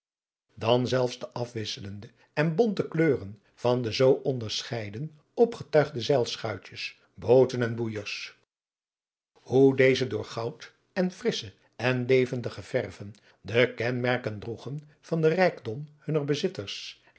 dan zelfs de afwisselende en bonte kleuren van de zoo onderscheiden opgetuigde zeiladriaan loosjes pzn het leven van johannes wouter blommesteyn schuitjes booten en boeijers hoe deze door goud en frissche en levendige verwen de kenmerken droegen van den rijkdom hunner bezitters